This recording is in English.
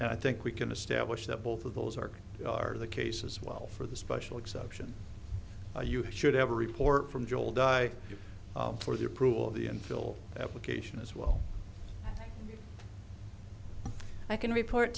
chile i think we can establish that both of those are they are the case as well for the special exception you should have a report from joel di for the approval of the infill application as well i can report